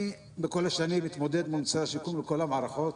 אני כל השנים מתמודד מול משרד השיכון וכל המערכות,